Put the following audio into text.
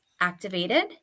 activated